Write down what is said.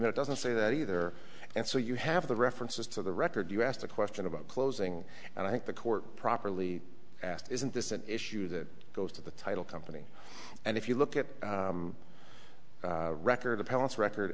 agreement doesn't say that either and so you have the references to the record you asked a question about closing and i think the court properly asked isn't this an issue that goes to the title company and if you look at the record attendance record